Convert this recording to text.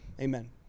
Amen